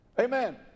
Amen